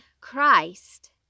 Christ